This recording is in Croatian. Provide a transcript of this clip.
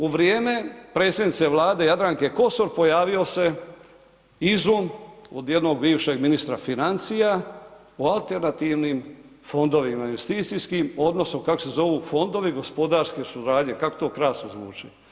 U vrijeme predsjednice Vlade Jadranke Kosor pojavio se izum od jednog bivšeg ministra financija o alternativnim fondovima investicijskim odnosno kako se zovu fondovi gospodarske suradnje, kako to krasno zvuči.